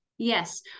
Yes